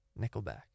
Nickelback